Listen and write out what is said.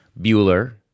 Bueller